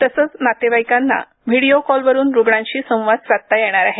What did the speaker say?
तसेच नातेवाईकांना व्हिडिओ कॉलवरून रुग्णांशी संवाद साधता येणार आहे